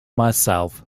myself